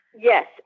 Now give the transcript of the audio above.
Yes